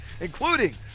including